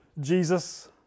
Jesus